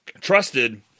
trusted